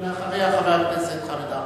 ואחריו, חבר הכנסת חמד עמאר.